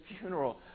funeral